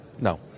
No